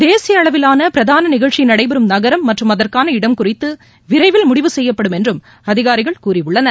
தேசிய அளவிலான பிரதான நிகழ்ச்சி நடைபெறம் நகரம் மற்றும் அதற்காள இடம் குறித்து விரைவில் முடிவு செய்யப்படும் என்றும் அதிகாரிகள் கூறியுள்ளனர்